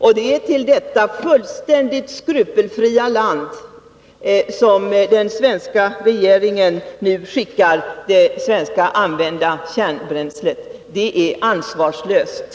— Och det är till detta fullständigt skrupelfria land som den svenska regeringen nu skickar det svenska använda kärnbränslet. Det är ansvarslöst!